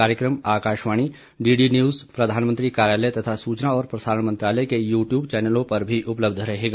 कार्यक्रम Akashvani DD news प्रधानमंत्री कार्यालय तथा सूचना और प्रसारण मंत्रालय के यू ट्यूब चैनलों पर भी उपलब्ध रहेगा